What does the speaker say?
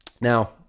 Now